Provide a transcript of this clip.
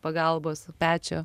pagalbos pečio